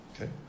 Okay